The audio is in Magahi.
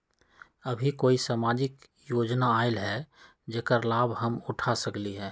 अभी कोई सामाजिक योजना आयल है जेकर लाभ हम उठा सकली ह?